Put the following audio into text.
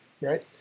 right